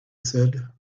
said